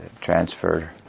transferred